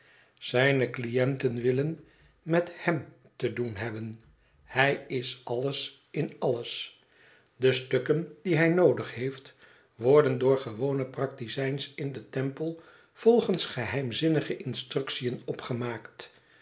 zijne cliënten willen met hem te doen hebben hij is alles in alles de stukken die hij noodig heeft worden door gewone praktizijns in den temple volgens geheimzinnige instructiën opgemaakt